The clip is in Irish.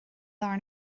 lár